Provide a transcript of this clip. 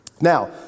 Now